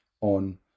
on